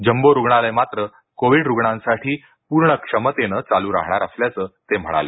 jumbo रुग्णालय मात्र COVID रुग्णांसाठी पूर्ण क्षमतेने चालू राहणार असल्याचं ते म्हणाले